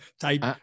type